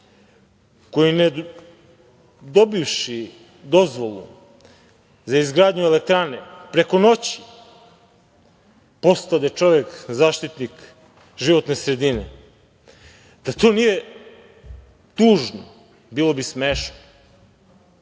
koji ne dobivši dozvolu za izgradnju elektrane preko noći postade čovek zaštitnik životne sredine. Da to nije tužno, bilo bi smešno,